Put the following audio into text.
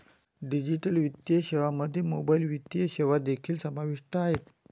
digital वित्तीय सेवांमध्ये mobile वित्तीय सेवा देखील समाविष्ट आहेत